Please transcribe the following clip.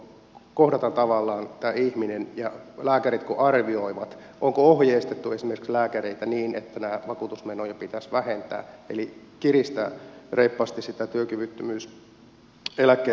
silloin kun kohdataan tämä ihminen ja lääkärit arvioivat onko ohjeistettu esimerkiksi lääkäreitä niin että näitä vakuutusmenoja pitäisi vähentää eli kiristää reippaasti sitä työkyvyttömyyseläkkeelle pääsyä